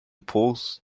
polls